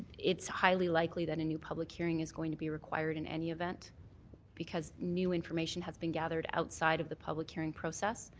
it's highly likely that in new public hearing is going to be required in any event because new information has been gathered outside of the public hearing process.